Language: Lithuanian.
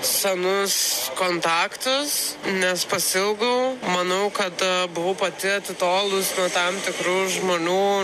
senus kontaktus nes pasiilgau manau kad buvau pati atitolus nuo tam tikrų žmonių